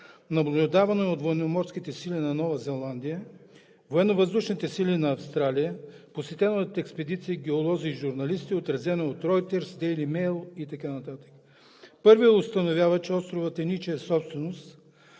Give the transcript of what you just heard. наблюдавано е от Военноморските сили на Нова Зеландия, Военновъздушните сили на Австралия, посетено е от експедиции, геолози, журналисти, отразено е от „Ройтерс“, „Дейли Мейл“ и така нататък. Първият установяващ, че островът е ничия собственост